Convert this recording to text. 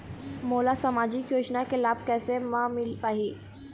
मोला सामाजिक योजना के लाभ कैसे म मिल पाही?